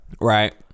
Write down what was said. Right